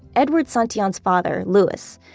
edward santillan's father, louis,